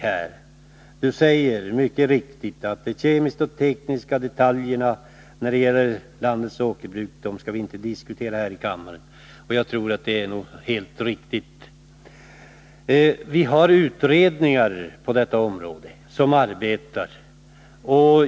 Han säger att vi inte här i kammaren skall diskutera de kemiska och tekniska detaljer som gäller landets åkerbruk. Jag tror det är helt riktigt, eftersom vi har utredningar som arbetar på detta område.